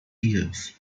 tears